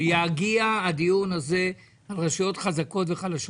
ויגיע הדיון הזה על רשויות חזקות וחלשות.